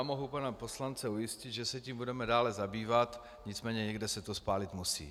Mohu pana poslance ujistit, že se tím budeme dále zabývat, nicméně někde se to spálit musí.